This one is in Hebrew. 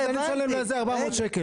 אני משלם לזה 400 שקל,